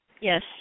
Yes